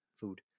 food